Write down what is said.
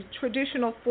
traditional